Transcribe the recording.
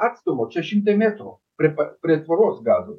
atstumo čia šimtai metrų prie pat prie tvoros gazos